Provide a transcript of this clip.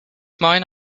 mine